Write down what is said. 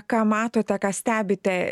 ką matote ką stebite